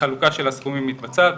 החלוקה של הסכומים מתבצעת,